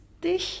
dich